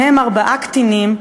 מהם ארבעה קטינים,